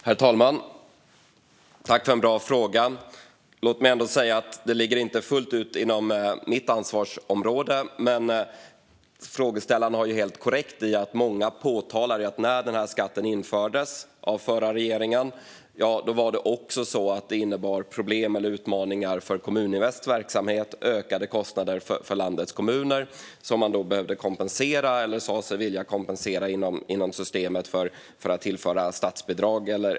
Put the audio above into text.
Herr talman! Jag tackar ledamoten för en bra fråga. Detta ligger inte fullt ut inom mitt ansvarsområde. Dock har frågeställaren helt rätt i att när förra regeringen införde denna skatt påpekade många att det innebar utmaningar för Kommuninvests verksamhet och ökade kostnader för landets kommuner. Man sa sig dock vilja kompensera kommunerna genom statsbidrag.